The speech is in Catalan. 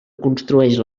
construeix